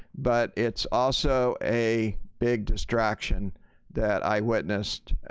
but it's also a big distraction that i witnessed